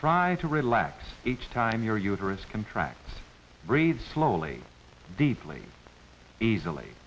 try to relax each time your uterus contracts breathe slowly deeply easily